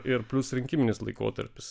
ir plius rinkiminis laikotarpis